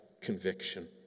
conviction